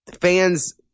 Fans